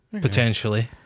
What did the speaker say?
Potentially